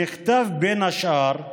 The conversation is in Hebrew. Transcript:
נכתב בין השאר: